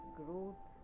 growth